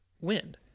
wind